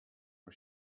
for